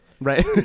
Right